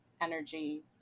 energy